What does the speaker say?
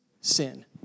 sin